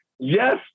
Yes